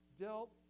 dealt